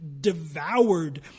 devoured